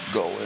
go